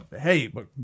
hey